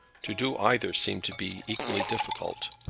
to do either seemed to be equally difficult,